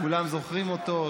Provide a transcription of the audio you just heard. כולם זוכרים אותו,